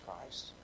Christ